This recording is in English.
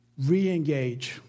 Reengage